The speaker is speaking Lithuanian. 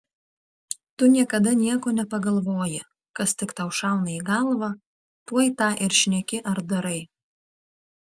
tu niekada nieko nepagalvoji kas tik tau šauna į galvą tuoj tą ir šneki ar darai